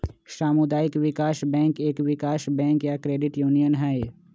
सामुदायिक विकास बैंक एक विकास बैंक या क्रेडिट यूनियन हई